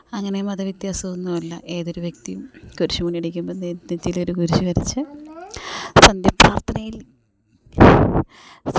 അങ്ങനെ മതവ്യത്യാസമൊന്നുമില്ല ഏതൊരു വ്യക്തിയും കുരിശ് മണിയടിക്കുമ്പം നെറ്റിയിലൊരു കുരിശ് വരച്ച് സന്ധ്യാ പ്രാർത്ഥനയിൽ